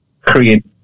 create